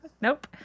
Nope